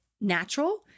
natural